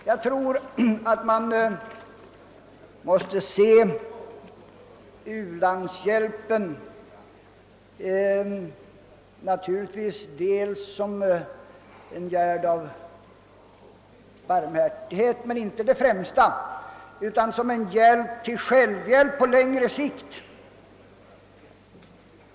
Jag tror inte man i främsta rummet skall se u-landshjälpen som en gärd av barmhärtighet utan som en hjälp till självhjälp på längre sikt.